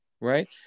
Right